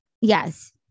Yes